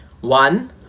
One